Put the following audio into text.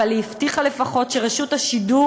אבל היא הבטיחה לפחות שרשות השידור